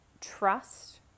trust